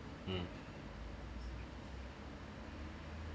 mm